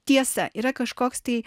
tiesa yra kažkoks tai